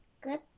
Good